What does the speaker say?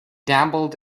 dabbled